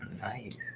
Nice